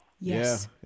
Yes